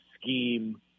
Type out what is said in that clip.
scheme